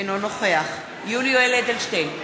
אינו נוכח יולי יואל אדלשטיין,